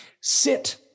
sit